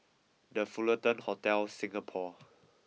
the Fullerton Hotel Singapore